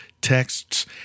texts